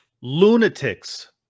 lunatics